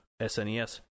SNES